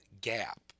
gap